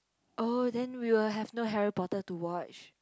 oh then will have no Harry-Potter to watch